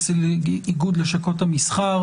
נשיא איגוד לשכות המסחר,